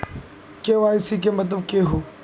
KYC के मतलब केहू?